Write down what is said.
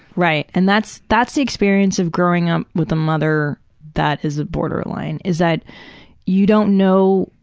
right, and that's that's the experience of growing up with a mother that is a borderline is that you don't know,